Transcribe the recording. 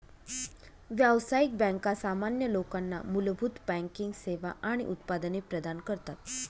व्यावसायिक बँका सामान्य लोकांना मूलभूत बँकिंग सेवा आणि उत्पादने प्रदान करतात